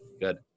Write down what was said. Good